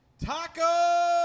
Taco